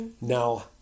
Now